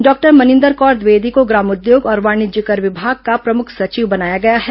doctor Maninder Kaur Dwivedi को ग्रामोद्योग और वाणिज्य कर विभाग का प्रमुख सचिव बनाया गया है